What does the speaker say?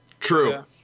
true